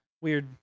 weird